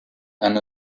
and